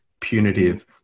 punitive